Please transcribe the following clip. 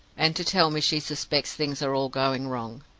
and to tell me she suspects things are all going wrong.